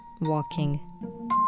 Walking